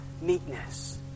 meekness